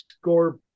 score